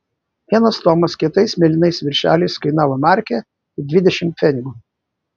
vienas tomas kietais mėlynais viršeliais kainavo markę ir dvidešimt pfenigų